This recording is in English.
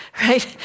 right